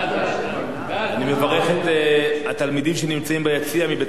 אני מברך את התלמידים שנמצאים ביציע מבית-הספר "נווה-צאלים",